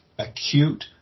acute